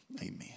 Amen